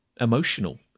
emotional